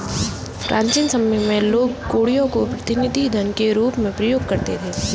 प्राचीन समय में लोग कौड़ियों को प्रतिनिधि धन के रूप में प्रयोग करते थे